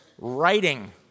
Writing